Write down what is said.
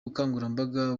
bukangurambaga